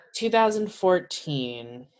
2014